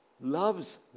loves